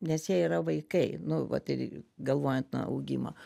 nes jie yra vaikai nu vat ir galvojant na augimą